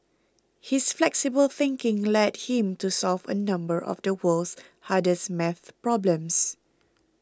his flexible thinking led him to solve a number of the world's hardest maths problems